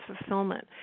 fulfillment